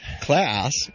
Class